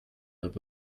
but